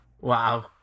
Wow